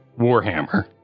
warhammer